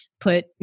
put